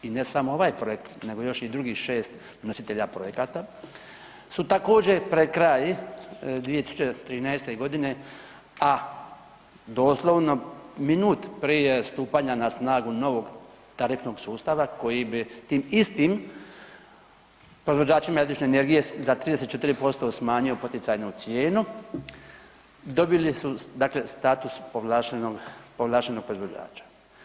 I ne samo ovaj projekt nego još i drugih 6 nositelja projekata su također, pred kraj 2013. g., a doslovno minut prije stupanja na snagu novog tarifnog sustava koji bi tim istim proizvođačima električne energije za 34% smanjio poticajnu cijenu, dobili su dakle status povlaštenog proizvođača.